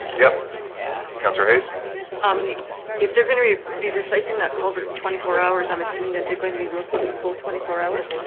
yes counselor hayes um if they're gonna be be replacing that culvert in twenty four hours i'm assuming that they're going to be working the full twenty four hours.